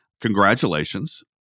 Congratulations